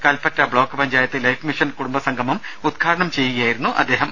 Kalpetta block panchayat life mission കുടുംബസംഗമം ഉദ്ഘാടനം ചെയ്യുക യായിരുന്നു അദ്ദേഹം